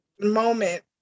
moment